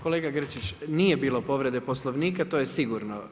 Kolega Grčić, nije bilo povrede Poslovnika, to je sigurno.